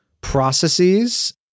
processes